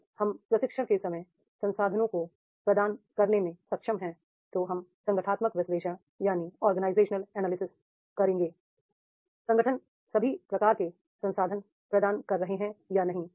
यदि हम प्रशिक्षण के समय संसाधनों को प्रदान करने में सक्षम हैं तो हम ऑर्गेनाइजेशनल एनालिसिस करेंगे संगठन सभी प्रकार के संसाधन प्रदान कर रहे हैं या नहीं